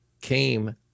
came